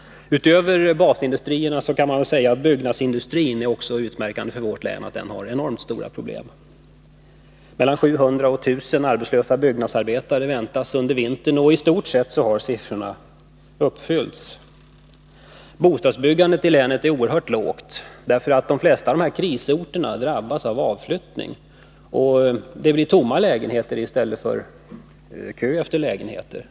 Utöver basindustrierna har byggnadsindustrin stor betydelse för vårt län, och det är utmärkande också för den att problemen är enormt stora. Mellan 700 och 1 000 arbetslösa byggnadsarbetare väntades det bli under vintern, och i stort sett har det också blivit dessa siffror. Bostadsbyggandet i länet är oerhört lågt, därför att de flesta av krisorterna drabbas av avflyttning, och det blir tomma lägenheter i stället för kö efter lägenheter.